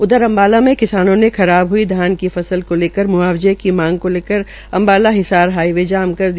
उधर अम्बाला में किसानों ने खराब हई धान की फसल को लेकर म्आवजे की मांग को लेकर अम्बाला हिसार हाइवे जाम कर दिया